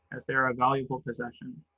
as they are a valuable possession.